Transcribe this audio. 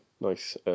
Nice